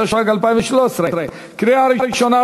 התשע"ג 2013. קריאה ראשונה,